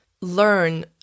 learn